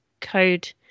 code